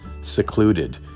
secluded